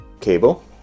cable